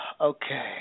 Okay